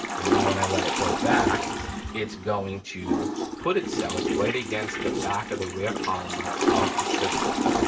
and now when i let it go back it's going to put itself right against the back of the rear polymer of the trigger guard,